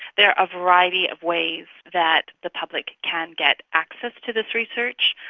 there are a variety of ways that the public can get access to this research.